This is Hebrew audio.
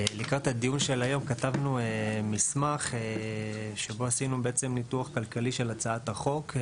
לקראת הדיון של היום כתבנו מסמך שבו עשינו ניתוח כלכלי של הצעת החוק.